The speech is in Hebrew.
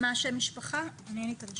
מהמכון למדיניות